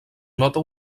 nota